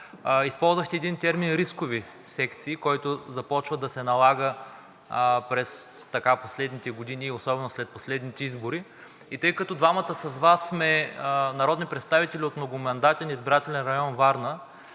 Използвахте един термин „рискови“ секции, който започва да се налага през последните години и особено след последните избори. Тъй като двамата с Вас сме народни представители от многомандатен избирателен район – Варна,